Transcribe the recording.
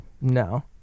No